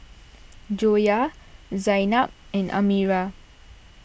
Joyah Zaynab and Amirah